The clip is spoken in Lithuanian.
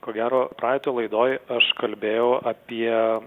ko gero praeitoj laidoj aš kalbėjau apie